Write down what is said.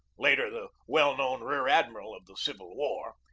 later the well-known rear-admiral of the civil war,